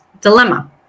Dilemma